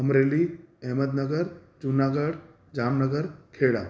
Amreli Ahmednagar Junagadh Jamnagar Kheda